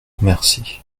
remercie